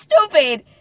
stupid